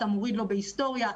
אתה מוריד לו בהיסטוריה,